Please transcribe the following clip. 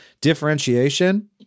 differentiation